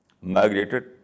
migrated